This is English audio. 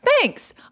thanks